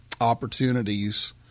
opportunities